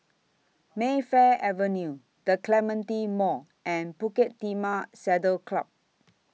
Mayfield Avenue The Clementi Mall and Bukit Timah Saddle Club